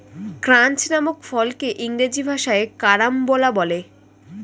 ক্রাঞ্চ নামক ফলকে ইংরেজি ভাষায় কারাম্বলা বলে